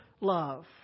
love